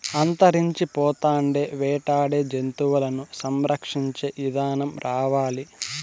అంతరించిపోతాండే వేటాడే జంతువులను సంరక్షించే ఇదానం రావాలి